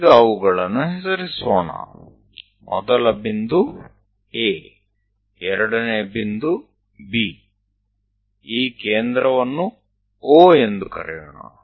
ಈಗ ಅವುಗಳನ್ನು ಹೆಸರಿಸೋಣ ಮೊದಲ ಬಿಂದು A ಎರಡನೆಯ ಬಿಂದು B ಈ ಕೇಂದ್ರವನ್ನುO ಎಂದು ಕರೆಯೋಣ